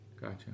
Gotcha